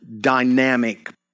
dynamic